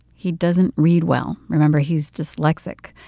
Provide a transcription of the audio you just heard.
he doesn't read well. remember he's dyslexic.